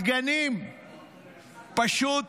הדגנים, פשוט,